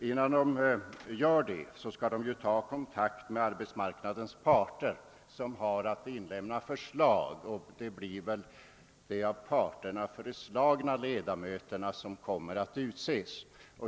Innan så sker skall riksförsäkringsverket ta kontakt med arbetsmarknadens parter, vilka har att inlämna förslag till sådana ledamöter, och det blir sedan de av parterna föreslagna personerna som kommer att utses.